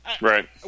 Right